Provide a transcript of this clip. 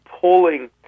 pulling